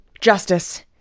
Justice